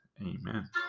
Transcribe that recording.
Amen